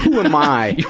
who am i